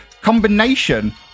combination